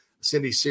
Cindy